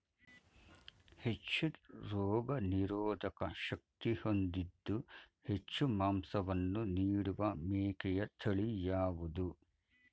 ಹೆಚ್ಚು ರೋಗನಿರೋಧಕ ಶಕ್ತಿ ಹೊಂದಿದ್ದು ಹೆಚ್ಚು ಮಾಂಸವನ್ನು ನೀಡುವ ಮೇಕೆಯ ತಳಿ ಯಾವುದು?